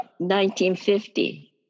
1950